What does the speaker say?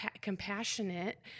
compassionate